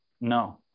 No